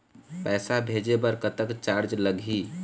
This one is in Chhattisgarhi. पैसा भेजे बर कतक चार्ज लगही?